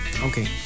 okay